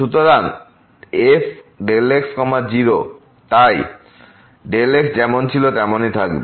সুতরাং fx0 তাই x যেমন ছিলো তেমন ই থাকবে